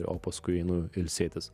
o paskui einu ilsėtis